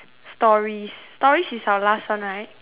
stories stories is our last one right